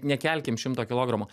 nekelkim šimto kilogramų